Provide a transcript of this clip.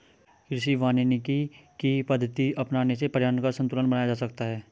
कृषि वानिकी की पद्धति अपनाने से पर्यावरण का संतूलन बनाया जा सकता है